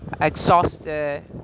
exhausted